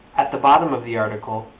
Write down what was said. at the bottom of the article,